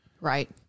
Right